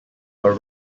were